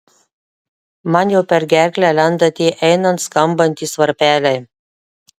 man jau per gerklę lenda tie einant skambantys varpeliai